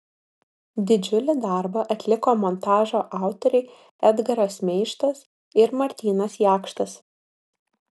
didžiulį darbą atliko montažo autoriai edgaras meištas ir martynas jakštas